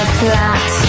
flat